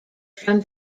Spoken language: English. from